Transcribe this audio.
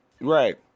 right